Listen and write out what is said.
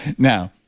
now,